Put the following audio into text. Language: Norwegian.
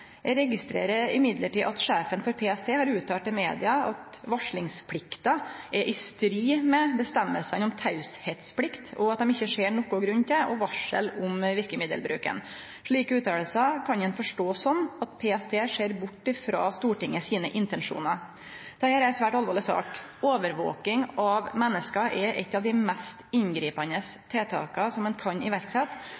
Eg registrerer likevel at sjefen for PST har uttalt til media at varslingsplikta er i strid med føresegnene om teieplikt, og at dei ikkje ser nokon grunn til å varsle om verkemiddelbruken. Slike utsegner kan ein forstå som at PST ser bort frå Stortinget sine intensjonar. Dette er ei svært alvorleg sak. Overvaking av menneske er eit av dei mest inngripande